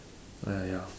ah ya ya